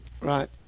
Right